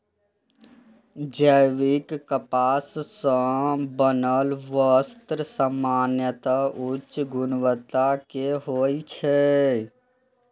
जैविक कपास सं बनल वस्त्र सामान्यतः उच्च गुणवत्ता के होइ छै